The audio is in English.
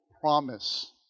promise